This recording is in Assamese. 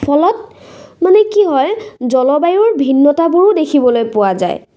ফলত মানে কি হয় জলবায়ুৰ ভিন্নতাবোৰো দেখিবলৈ পোৱা যায়